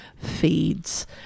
feeds